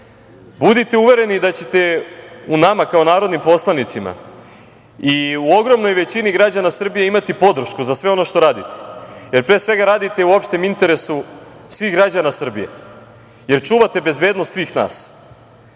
Budite uvereni da ćete u nama, kao narodnim poslanicima, i u ogromnoj većini građana Srbije imati podršku za sve ono što radite, jer radite u opštem interesu svih građana Srbije, jer čuvate bezbednost svih nas. Ne